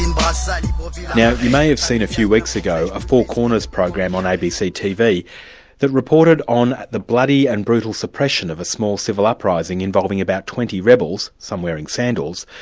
um ah so yeah yeah you may have seen a few weeks ago a four corners program on abc tv that reported on the bloody and brutal suppression of a small civil uprising involving about twenty rebels, some wearing sandals,